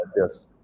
yes